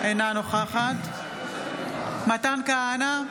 אינה נוכחת מתן כהנא,